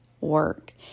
work